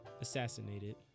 assassinated